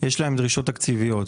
יש דרישות תקציביות.